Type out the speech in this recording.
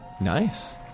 Nice